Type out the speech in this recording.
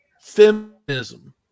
Feminism